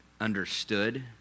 understood